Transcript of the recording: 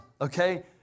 okay